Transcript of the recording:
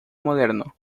moderno